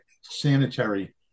sanitary